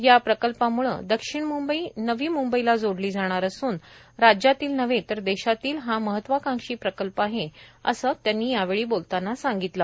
या प्रकल्पामुळे दक्षिण मुंबई नवी मुंबईला जोडली जाणार असून राज्यातील नव्हे तर देशातील हा महत्वाकांक्षी प्रकल्प आहे असेही त्यांनी यावेळी सांगितले